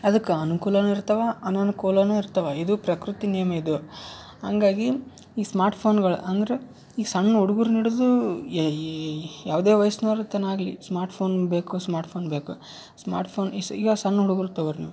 ಅದಕ್ಕೆ ಅನ್ಕೂಲವೂ ಇರ್ತಾವೆ ಅನನುಕೂಲವೂ ಇರ್ತಾವೆ ಇದು ಪ್ರಕೃತಿ ನಿಯಮ ಇದು ಹಂಗಾಗಿ ಈ ಸ್ಮಾರ್ಟ್ ಫೋನ್ಗಳು ಅಂದ್ರೆ ಈ ಸಣ್ಣ ಹುಡ್ಗುರ್ನ್ ಹಿಡ್ದು ಯಾವುದೇ ವಯ್ಸ್ನೋರ ತನಕ ಆಗಲಿ ಸ್ಮಾರ್ಟ್ ಫೋನ್ ಬೇಕು ಸ್ಮಾರ್ಟ್ ಫೋನ್ ಬೇಕು ಸ್ಮಾರ್ಟ್ ಫೋನ್ ಸ್ ಈಗ ಸಣ್ಣ ಹುಡ್ಗುರ್ ತಗೊಳ್ರಿ ನೀವು